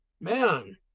man